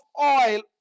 oil